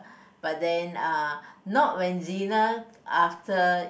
but then uh not when Zyna after